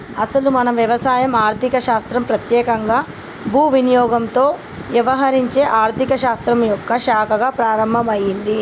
అసలు మన వ్యవసాయం ఆర్థిక శాస్త్రం పెత్యేకంగా భూ వినియోగంతో యవహరించే ఆర్థిక శాస్త్రం యొక్క శాఖగా ప్రారంభమైంది